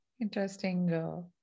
interesting